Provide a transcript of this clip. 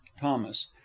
thomas